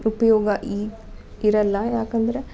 ಉಪಯೋಗ ಇರಲ್ಲ ಏಕಂದ್ರೆ